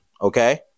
okay